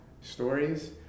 stories